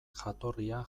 jatorria